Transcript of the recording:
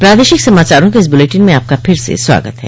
प्रादेशिक समाचारों के इस बुलेटिन में आपका फिर से स्वागत है